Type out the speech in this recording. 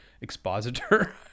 expositor